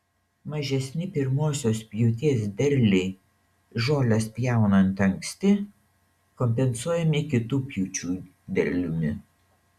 mažesni pirmosios pjūties derliai žoles pjaunant anksti kompensuojami kitų pjūčių derliumi